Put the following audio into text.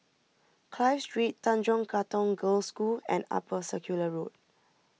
Clive Street Tanjong Katong Girls' School and Upper Circular Road